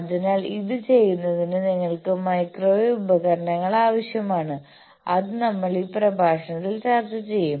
അതിനാൽ ഇത് ചെയ്യുന്നതിന് നിങ്ങൾക്ക് മൈക്രോവേവ് ഉപകരണങ്ങൾ ആവശ്യമാണ് അത് നമ്മൾ ഈ പ്രഭാഷണത്തിൽ ചർച്ച ചെയ്യും